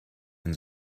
and